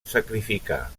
sacrificar